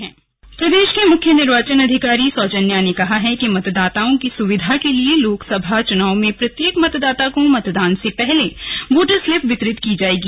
slug Doon voter express प्रदेश की मुख्य निर्वाचन अधिकारी सौजन्या ने कहा है कि मतदाताओं की सुविधा के लिए लोकसभा चुनाव में प्रत्येक मतदाता को मतदान से पहले वोटर स्लिप वितरित की जायेगी